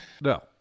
No